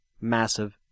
massive